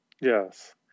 Yes